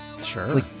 Sure